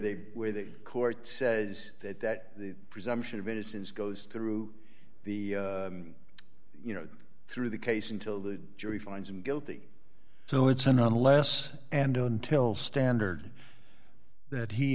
they where the court says that that presumption of innocence goes through the you know through the case until the jury finds him guilty so it's and unless and until standard that he